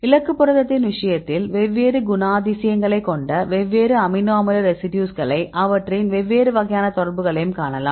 இலக்கு புரதத்தின் விஷயத்தில் வெவ்வேறு குணாதிசயங்களைக் கொண்ட வெவ்வேறு அமினோ அமில ரெசிடியூஸ்களை அவற்றின் வெவ்வேறு வகையான தொடர்புகளையும் காணலாம்